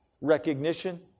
recognition